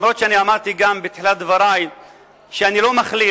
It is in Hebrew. אף-על-פי שאמרתי בתחילת דברי שאני לא מכליל,